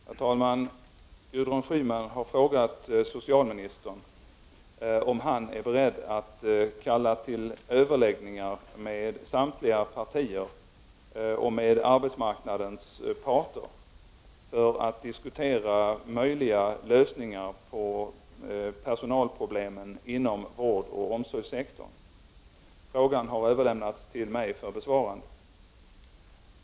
Herr talman! Gudrun Schyman har frågat socialministern om han är beredd att kalla till överläggningar med samtliga partier och med arbetsmarknadens parter för att diskutera möjliga lösningar på personalproblemen inom vårdoch omsorgssektorn. Frågan har överlämnats till mig för besvarande.